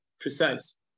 precise